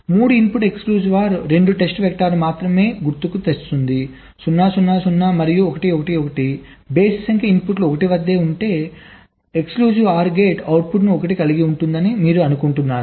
3 input exclusive OR 2 test వెక్టర్స్ను మాత్రమే గుర్తుకు తెస్తుంది 0 0 0 మరియు 1 1 1 బేసి సంఖ్య ఇన్పుట్లు 1 వద్ద ఉంటే ప్రత్యేకమైన OR గేట్ అవుట్పుట్ 1 ను కలిగి ఉంటుందని మీరు అనుకుంటారు